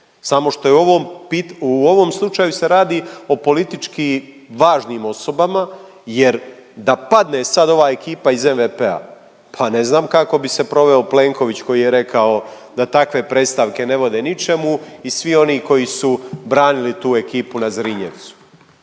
Samo što je u ovom slučaju se radi o politički važnim osobama, jer da padne sad ova ekipa iz MVP-a, pa ne znam kako bi se proveo Plenković koji je rekao da takve predstavke ne vode ničemu i svi oni koji su branili tu ekipu na Zrinjevcu.